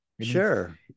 Sure